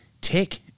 tech